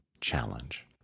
challenge